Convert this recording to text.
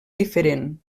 diferent